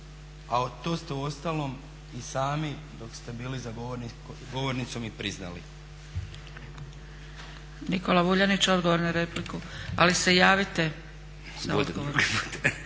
a to ste uostalom i sami dok ste bili za govornicom i priznali. **Zgrebec, Dragica (SDP)** Nikola Vuljanić, odgovor na repliku. Ali se javite za odgovor.